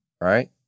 right